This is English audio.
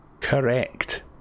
Correct